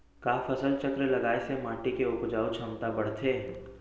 का फसल चक्र लगाय से माटी के उपजाऊ क्षमता बढ़थे?